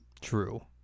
True